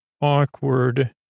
awkward